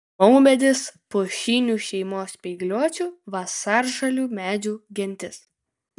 maumedis pušinių šeimos spygliuočių vasaržalių medžių gentis